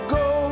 go